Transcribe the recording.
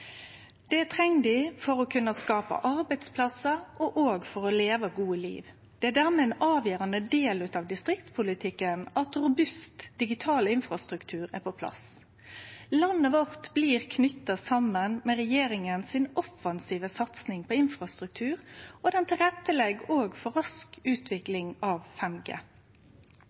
Det treng dei for å kunne skape arbeidsplassar og for å leve eit godt liv. Det er dermed ein avgjerande del av distriktspolitikken at robust digital infrastruktur er på plass. Landet vårt blir knytt saman med regjeringa si offensive satsing på infrastruktur, som òg legg til rette for rask utvikling av